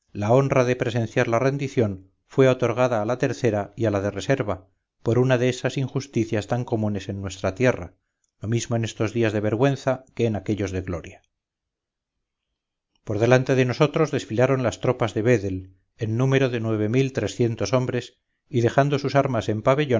la honra de presenciar la rendición fue otorgada a la tercera y a la de reserva por una de esas injusticias tan comunes en nuestra tierra lo mismo en estos días de vergüenza que en aquellos de gloria por delante de nosotros desfilaron las tropas de vedel en número de nueve mil trescientos hombres y dejando sus armas en